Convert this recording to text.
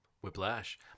Whiplash